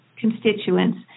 constituents